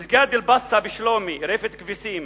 מסגד אל-בצה בשלומי, רפת כבשים,